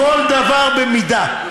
כל דבר במידה,